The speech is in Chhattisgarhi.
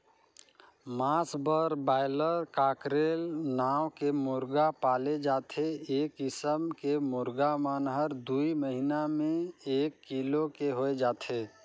मांस बर बायलर, कॉकरेल नांव के मुरगा पाले जाथे ए किसम के मुरगा मन हर दूई महिना में एक किलो के होय जाथे